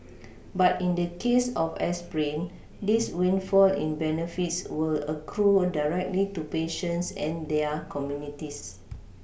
but in the case of aspirin this windfall in benefits will accrue directly to patients and their communities